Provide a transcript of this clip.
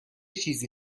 چیزی